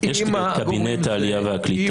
עם הגורמים --- יש את קבינט העלייה והקליטה.